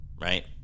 right